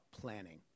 planning